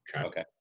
Okay